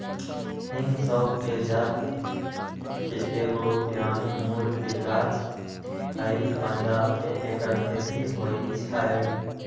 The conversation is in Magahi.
हिंग सौफ़ कें जात के एगो ईरानी मूल के गाछ हइ पंजाब में ऐकर खेती होई छै